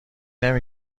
نمی